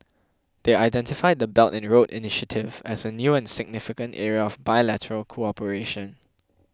they identified the Belt and Road initiative as a new and significant area of bilateral cooperation